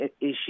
issue